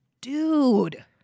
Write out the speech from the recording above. dude